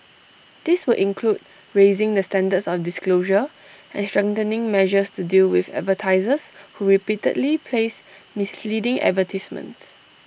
this would include raising the standards of disclosure and strengthening measures to deal with advertisers who repeatedly place misleading advertisements